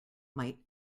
might